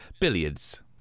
Billiards